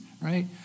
right